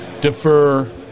defer